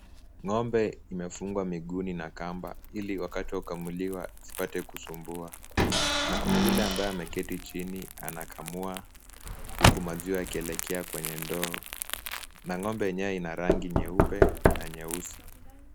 Ng'ombe amefungwa miguuni na kamba ili wakati wa kukamuliwa asipate kusumbua na kuna yule ambaye ameketi chini anakamua huku maziwa yakielekea kwenye ndoo na ng'ombe mwenyewe ana rangi nyeupe na nyeusi.